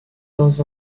dans